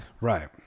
Right